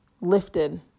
lifted